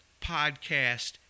podcast